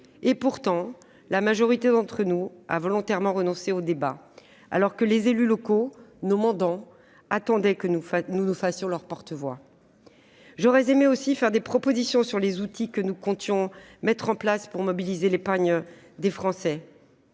Pourtant, la majorité d'entre nous a volontairement renoncé au débat, tandis que les élus locaux, nos mandants, attendaient que nous nous fassions leur porte-voix. J'aurais aimé, aussi, formuler des propositions sur les outils que nous comptions mettre en place pour mobiliser l'épargne des Français.